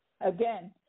Again